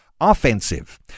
offensive